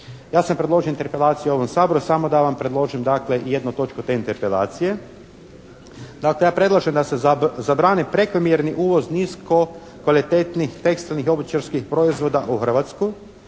Ja sam predložio interpelaciju u ovom Saboru, samo da vam predložim dakle jednu točku te interpelacije. Dakle ja predlažem da se zabrani prekomjerni uvoz nisko kvalitetnih tekstilnih i obućarskih proizvoda u Hrvatsku